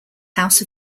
house